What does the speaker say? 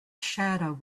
shadow